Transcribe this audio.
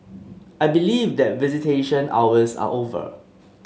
I believe that visitation hours are over